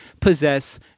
possess